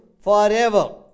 forever